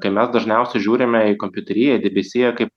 kai mes dažniausiai žiūrime į kompiuteriją į debesiją kaip